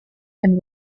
and